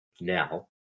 now